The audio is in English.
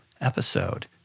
episode